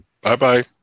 Bye-bye